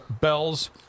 bells